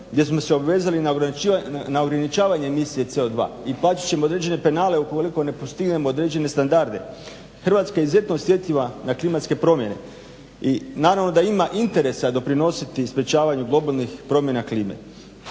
gdje smo se obvezali na ograničavanje emisije CO2 i plaćat ćemo određene penale ukoliko ne postignemo određene standarde. Hrvatska je izuzetno osjetljiva na klimatske promjene i naravno da ima interesa doprinositi sprečavanju globalnih promjena klime.